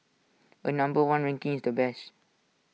A number one ranking is the best